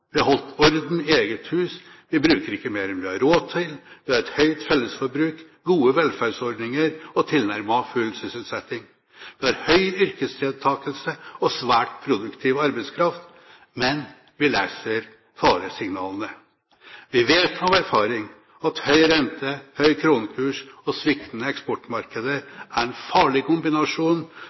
holdt orden i eget hus, vi bruker ikke mer enn vi har råd til, vi har et høyt fellesforbruk, gode velferdsordninger og tilnærmet full sysselsetting. Vi har høy yrkesdeltakelse og svært produktiv arbeidskraft, men vi leser faresignalene. Vi vet av erfaring at høy rente, høy kronekurs og sviktende eksportmarkeder er en farlig kombinasjon,